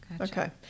Okay